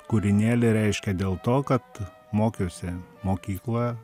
kūrinėlį reiškia dėl to kad mokiausi mokykloje